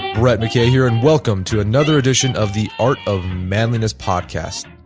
brett mckay here, and welcome to another edition of the art of manliness podcast